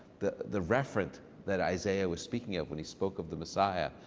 the the referent that isaiah was speaking of. when he spoke of the messiah,